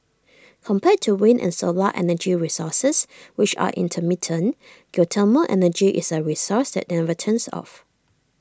compared to wind and solar energy resources which are intermittent geothermal energy is A resource that never turns off